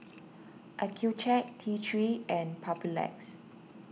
Accucheck T three and Papulex